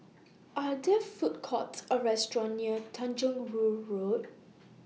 Are There Food Courts Or Restaurant near Tanjong Rhu Road